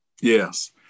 Yes